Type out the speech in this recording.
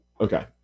okay